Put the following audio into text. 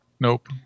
Nope